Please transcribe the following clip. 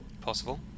Possible